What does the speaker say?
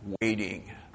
waiting